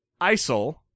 ISIL